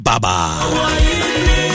Baba